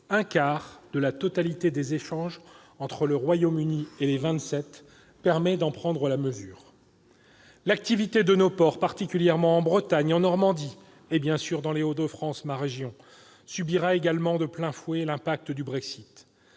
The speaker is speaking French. un quart de la totalité des échanges entre le Royaume-Uni et les Vingt-Sept, permet d'en prendre la mesure. L'activité de nos ports, particulièrement en Bretagne, en Normandie et bien sûr dans les Hauts-de-France, ma région, subira également de plein fouet l'impact du Brexit.